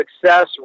success